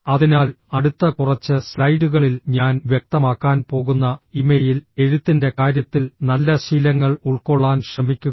അതിനാൽ അടുത്ത കുറച്ച് സ്ലൈഡുകളിൽ ഞാൻ വ്യക്തമാക്കാൻ പോകുന്ന ഇമെയിൽ എഴുത്തിന്റെ കാര്യത്തിൽ നല്ല ശീലങ്ങൾ ഉൾക്കൊള്ളാൻ ശ്രമിക്കുക